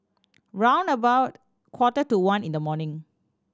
round about quarter to one in the morning